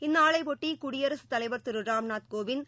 இந்நாளைபொட்டிடியரசுத் தலைவர் திருராம்நாத் கோவிந்த்